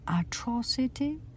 atrocity